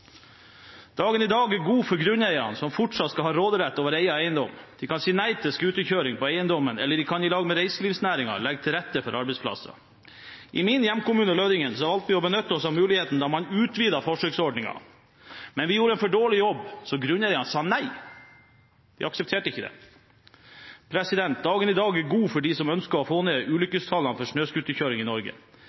Dagen i dag er god for grunneierne, som fortsatt skal ha råderett over egen eiendom. De kan si nei til scooterkjøring på eiendommen, eller de kan i lag med reiselivsnæringen legge til rette for arbeidsplasser. I min hjemkommune Lødingen valgte vi å benytte oss av muligheten da man utvidet forsøksordningen, men vi gjorde en for dårlig jobb, så grunneierne sa nei, de aksepterte ikke det. Dagen i dag er god for dem som ønsker å få ned ulykkestallene for snøscooterkjøring i Norge.